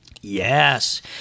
Yes